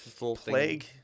plague